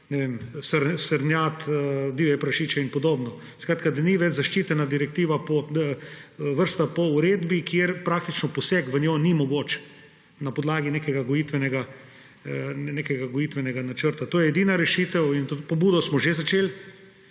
srnjad, divje prašiče in podobno. Skratka, da ni več zaščitena vrsta po uredbi, zaradi česar poseg v njo praktično ni mogoč na podlagi nekega gojitvenega načrta. To je edina rešitev in to pobudo smo že začeli.